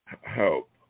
help